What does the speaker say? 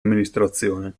amministrazione